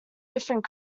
different